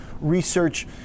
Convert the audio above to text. Research